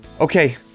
Okay